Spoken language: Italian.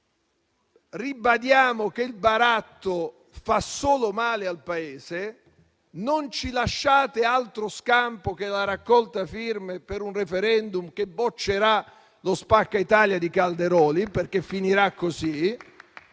e ribadiamo che il baratto fa solo male al Paese. Non ci lasciate altro scampo che la raccolta firme per un *referendum* che boccerà lo "spacca Italia" di Calderoli, perché finirà così.